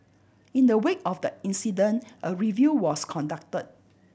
in the wake of the incident a review was conducted